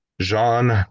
Jean